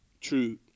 true